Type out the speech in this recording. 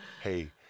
Hey